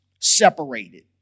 separated